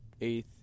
eighth